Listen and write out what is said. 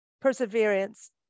perseverance